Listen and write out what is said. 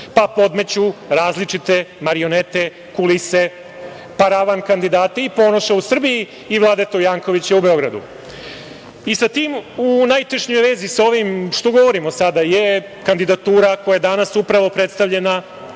pa podmeću različite marionete, kulise, paravan kandidate i Ponoša u Srbiji i Vladetu Jankovića u Beogradu.I sa tim u najtešnjoj vezi, o ovome što govorim sada, jeste kandidatura koja je danas upravo predstavljena